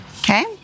Okay